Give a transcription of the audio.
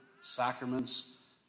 sacraments